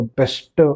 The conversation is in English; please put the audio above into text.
best